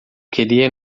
queria